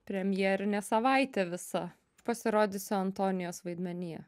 premjerinė savaitė visa pasirodys antonijos vaidmenyje